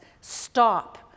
stop